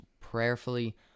prayerfully